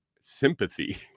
sympathy